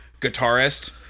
guitarist